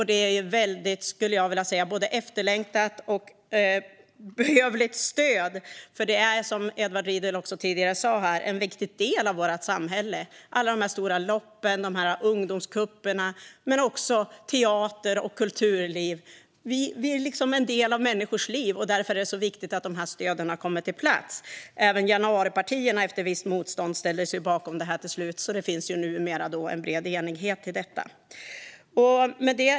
Det är ett både efterlängtat och behövligt stöd. Dessa evenemang är, som Edward Riedl tidigare sa, en viktig del av vårt samhälle. Alla de stora loppen och ungdomscuperna, men också teater och kulturliv, är en del av människors liv. Därför är det viktigt att de här stöden har kommit på plats. Till slut, efter visst motstånd, ställde sig även januaripartierna bakom det här. Det finns alltså numera en bred enighet bakom detta.